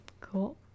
Cool